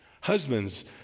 husbands